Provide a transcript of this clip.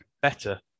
better